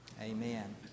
Amen